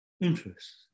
interests